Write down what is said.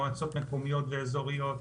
מועצות מקומיות ואזוריות,